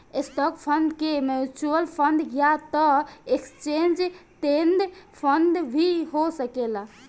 stock fund के mutual fund या त एक्सचेंज ट्रेड फंड भी हो सकेला